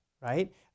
right